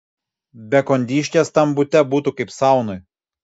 be kondiškės tam bute būtų kaip saunoj